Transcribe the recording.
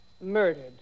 Murdered